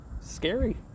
scary